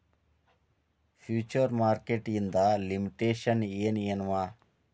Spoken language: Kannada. ಫ್ಯುಚರ್ ಮಾರ್ಕೆಟ್ ಇಂದ್ ಲಿಮಿಟೇಶನ್ಸ್ ಏನ್ ಏನವ?